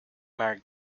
married